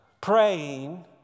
praying